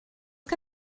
que